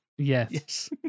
Yes